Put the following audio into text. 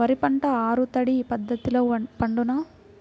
వరి పంట ఆరు తడి పద్ధతిలో పండునా?